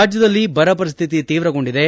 ರಾಜ್ಯದಲ್ಲಿ ಬರಪರಿಸ್ಥಿತಿ ತೀವ್ರಗೊಂಡಿದೆ